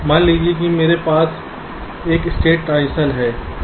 मान लीजिए मेरे पास इस तरह एक स्टेट ट्रांजिशन है